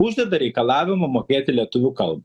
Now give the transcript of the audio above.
uždeda reikalavimą mokėti lietuvių kalbą